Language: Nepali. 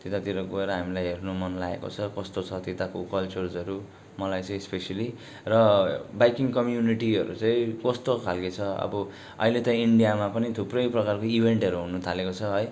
त्यतातिर गएर हामीलाई हेर्नु मन लागेको छ कस्तो छ त्यताको कल्चर्सहरू मलाई चाहिँ स्पेसियली र बाइकिङ कम्युनिटीहरू चाहिँ कस्तो खाले छ अब अहिले त इन्डियामा पनि थुप्रै प्रकारको इभेन्टहरू हुन थालेको छ है